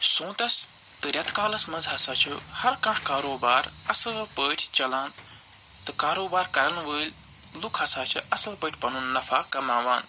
سونٛتس تہٕ رٮ۪تہٕ کالس منٛز ہَسا چھُ ہر کانٛہہ کاروبار اصٕل پٲٹھۍ چَلان تہٕ کاروبار کرن وٲلۍ لُکھ ہَسا چھِ اصٕل پٲٹھۍ پنُن نفع کماوان